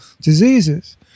diseases